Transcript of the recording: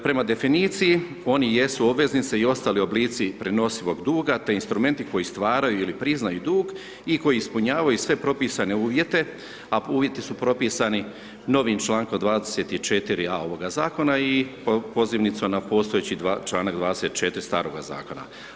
Prema definiciji, oni jesu obveznice i ostali oblici prenosivog duga, te instrumenti koji stvaraju ili priznaju dug, i koji ispunjavaju sve propisane uvjete, a uvjeti su propisani novim člankom 24a. ovoga Zakona, i pozivnicom na postojeći članak 24. staroga zakona.